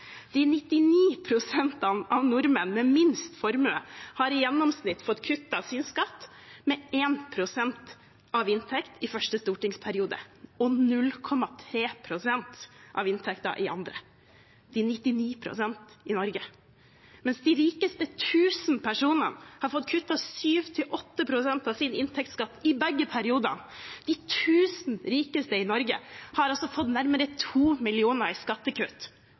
De 99 pst. av nordmenn med minst formue har i gjennomsnitt fått kuttet sin skatt med 1 pst. av inntekt i første stortingsperiode og 0,3 pst. av inntekt i andre – 99 pst. i Norge – mens de rikeste tusen personene har fått kuttet 7–8 pst. av sin inntektsskatt i begge periodene. De tusen rikeste i Norge har fått nærmere 2 mill. kr i skattekutt